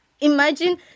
Imagine